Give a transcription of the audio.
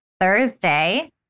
Thursday